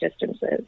distances